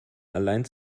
allein